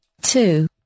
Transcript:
two